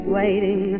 waiting